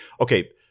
okay